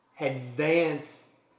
advance